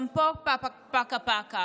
גם פה, פקה-פקה.